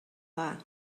dda